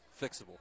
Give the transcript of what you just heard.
fixable